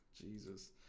Jesus